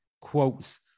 quotes